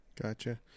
Gotcha